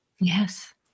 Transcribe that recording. Yes